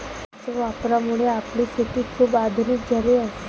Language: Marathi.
हे रॅकच्या वापरामुळे आपली शेती खूप आधुनिक झाली आहे